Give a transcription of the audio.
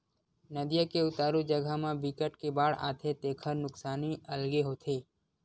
नदिया के उतारू जघा म बिकट के बाड़ आथे तेखर नुकसानी अलगे होथे